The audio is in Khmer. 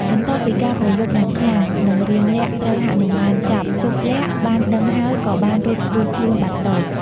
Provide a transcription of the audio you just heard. បន្ទាប់ពីការប្រយុទ្ធយ៉ាងខ្លាំង និងរាមលក្សណ៍ត្រូវហនុមានចាប់ ជប្បលក្សណ៍បានដឹងហើយក៏បានរត់រួចខ្លួនបាត់ទៅ។